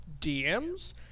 DMs